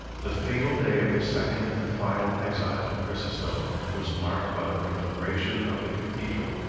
the fatal day of the second and final exile of chrysostom was marked by the conflagration of the cathedral,